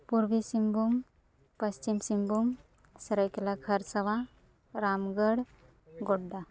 Purbi Singhbhum Paschim Singhbhum Saraikela Kharsawan Ramgarh Godda